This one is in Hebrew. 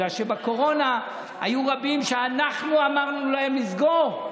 בגלל שבקורונה היו רבים שאנחנו אמרנו להם לסגור,